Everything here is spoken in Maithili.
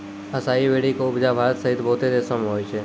असाई वेरी के उपजा भारत सहित बहुते देशो मे होय छै